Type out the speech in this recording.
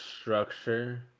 structure